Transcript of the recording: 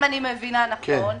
אם אני מבינה נכון.